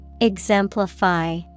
exemplify